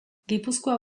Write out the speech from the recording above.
gipuzkoa